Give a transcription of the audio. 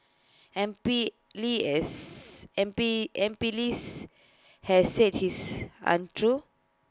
M P lee is M P M P Lee's has said his is untrue